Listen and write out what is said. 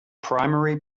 primary